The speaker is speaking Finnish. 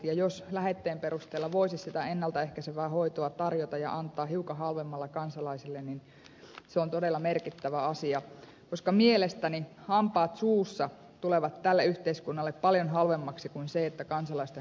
jos lähetteen perusteella voisi sitä ennalta ehkäisevää hoitoa tarjota ja antaa hiukan halvemmalla kansalaisille niin se on todella merkittävä asia koska mielestäni hampaat suussa tulevat tälle yhteiskunnalle paljon halvemmaksi kuin se että kansalaisten hampaat ovat naulassa